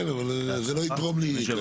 כן, אבל זה לא יתרום לי כרגע.